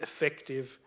effective